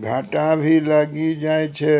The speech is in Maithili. घाटा भी लागी जाय छै